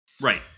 Right